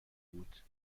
بود